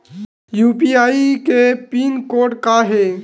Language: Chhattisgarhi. यू.पी.आई के पिन कोड का हे?